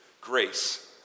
grace